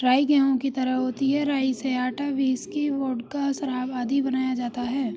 राई गेहूं की तरह होती है राई से आटा, व्हिस्की, वोडका, शराब आदि बनाया जाता है